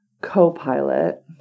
co-pilot